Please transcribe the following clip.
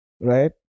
Right